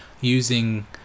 using